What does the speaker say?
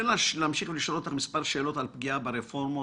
להמשיך ולשאול אותך מספר שאלות על פגיעה ברפורמות,